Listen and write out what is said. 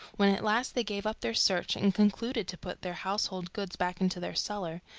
when at last they gave up their search, and concluded to put their household goods back into their cellar,